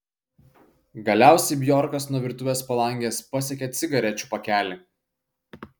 galiausiai bjorkas nuo virtuvės palangės pasiekė cigarečių pakelį